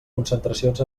concentracions